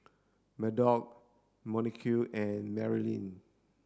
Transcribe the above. Murdock Monique and Marylin